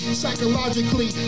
psychologically